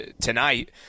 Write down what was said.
tonight